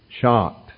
shocked